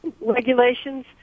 Regulations